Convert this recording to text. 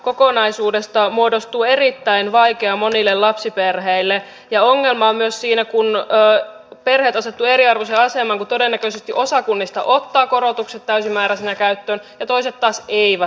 kokonaisuudesta muodostuu erittäin vaikea monille lapsiperheille ja ongelma on myös siinä että perheet asettuvat eriarvoiseen asemaan kun todennäköisesti osa kunnista ottaa korotukset täysimääräisinä käyttöön ja toiset taas eivät ota